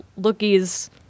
Lookie's